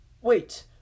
Wait